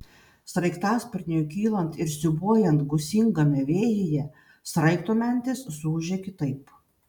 sraigtasparniui kylant ir siūbuojant gūsingame vėjyje sraigto mentės suūžė kitaip